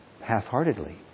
half-heartedly